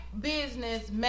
business